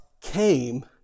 came